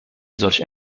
solche